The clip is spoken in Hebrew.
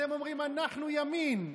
אתם אומרים: אנחנו ימין.